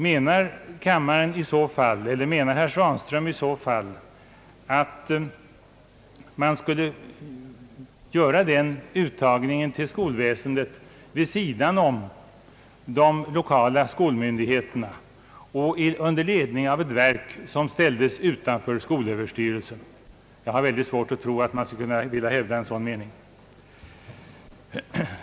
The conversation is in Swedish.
Menar herr Svanström i så fall att man skulle göra denna uttagning till skolväsendet vid sidan av de lokala skolmyndigheterna och under ledning av ett verk som ställdes utanför skolöverstyrelsen? Jag har mycket svårt att tro att man skulle vilja hävda en sådan mening.